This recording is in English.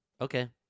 Okay